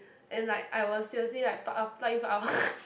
and like I was seriously like pluck out pluck in pluck out